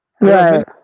Right